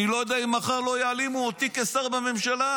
אני לא יודע אם מחר לא יעלימו אותי כשר בממשלה.